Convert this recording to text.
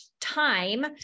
time